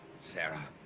sara